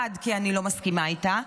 כי 1. אני לא מסכימה איתה,